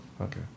Okay